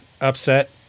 upset